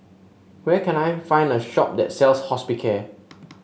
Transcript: where can I find a shop that sells Hospicare